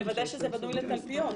לוודא שזה בנוי לתלפיות.